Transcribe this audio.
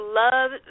love